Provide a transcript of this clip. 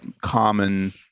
common